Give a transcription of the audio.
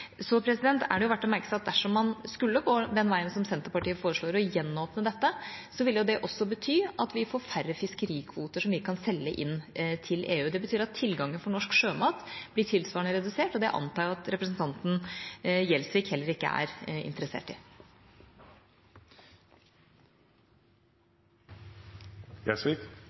er verdt å merke seg at dersom man skulle gå den veien som Senterpartiet foreslår, og gjenåpne dette, ville det også bety at vi får færre fiskerikvoter som vi kan selge inn til EU. Det betyr at tilgangen for norsk sjømat blir tilsvarende redusert, og det antar jeg at representanten Gjelsvik heller ikke er interessert